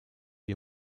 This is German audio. wir